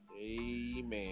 Amen